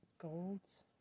golds